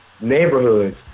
neighborhoods